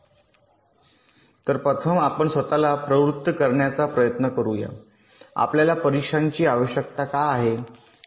तर प्रथम आपण स्वत ला प्रवृत्त करण्याचा प्रयत्न करू या आपल्याला परीक्षांची आवश्यकता का आहे